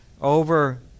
over